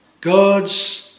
God's